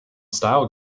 style